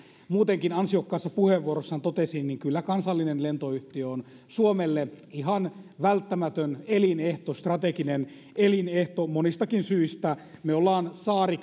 muutenkin ansiokkaassa puheenvuorossaan totesi kyllä kansallinen lentoyhtiö on suomelle ihan välttämätön elinehto strateginen elinehto monistakin syistä me olemme käytännössä saari